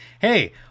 hey